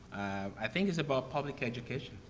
i think it's about public education.